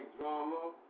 drama